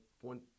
one